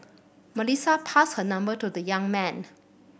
Melissa passed her number to the young man